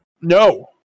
No